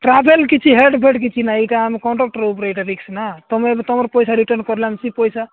travel କିଛି ହେଡ୍ ଫେଡ୍ କିଛି ନାହିଁ ଏଟା ଆମ କଣ୍ଡକ୍ଟର ଉପରେ ଏଟା ରିସ୍କ ନା ତୁମେ ଏବେ ତୁମର ପଇସା ରିଟର୍ନ କରିଲାନି କି ପଇସା